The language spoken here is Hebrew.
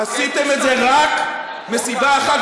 עשיתם את זה רק מסיבה אחת,